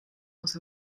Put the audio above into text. los